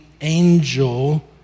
angel